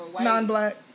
Non-black